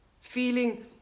feeling